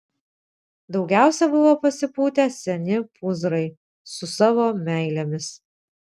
daugiausiai buvo pasipūtę seni pūzrai su savo meilėmis